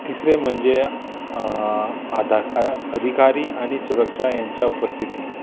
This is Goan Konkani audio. तिसरे म्हणजे आदा अधिकारी आनी सुरक्षा हेंच्या उपस्थिती